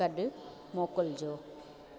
गॾु मोकिलिजो